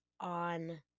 on